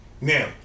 Now